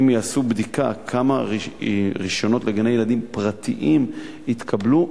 אם יעשו בדיקה כמה רשיונות לגני-ילדים פרטיים התקבלו,